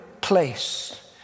place